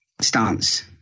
stance